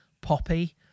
poppy